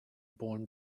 born